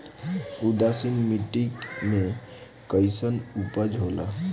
उदासीन मिट्टी में कईसन उपज होला?